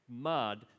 mud